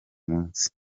munsi